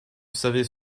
savez